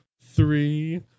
three